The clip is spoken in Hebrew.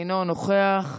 אינו נוכח,